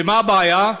ומה הבעיה?